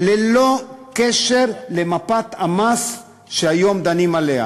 ללא קשר למפת המס שהיום דנים בה.